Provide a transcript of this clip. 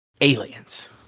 Aliens